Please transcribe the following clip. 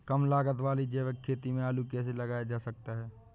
कम लागत वाली जैविक खेती में आलू कैसे लगाया जा सकता है?